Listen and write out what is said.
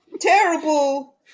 terrible